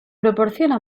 proporciona